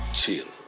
chill